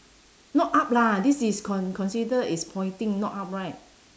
not up lah this is con~ consider is pointing not up right